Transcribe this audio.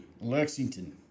Lexington